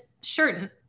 certain